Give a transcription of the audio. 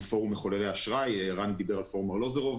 פורום מחוללי אשראי - רן דיבר על פורום ארלוזורוב